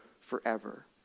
forever